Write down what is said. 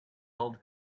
old